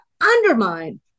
undermine